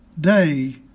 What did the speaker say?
day